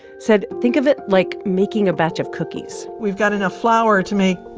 said think of it like making a batch of cookies we've got enough flour to make,